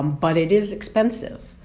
but it is expensive.